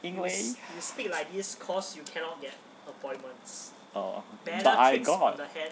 因为 I got